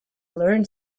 learn